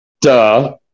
Duh